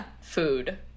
food